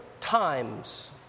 times